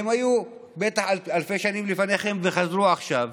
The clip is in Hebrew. הם היו בטח אלפי שנים לפניכם וחזרו עכשיו.